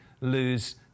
lose